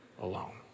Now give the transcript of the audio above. alone